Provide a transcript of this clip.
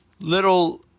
Little